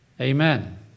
Amen